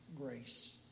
grace